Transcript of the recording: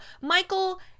Michael